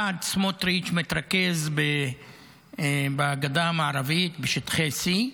אחד, סמוטריץ', מתרכז בגדה המערבית, בשטחי C,